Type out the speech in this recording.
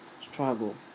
struggle